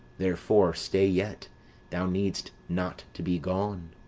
therefore stay yet thou need'st not to be gone.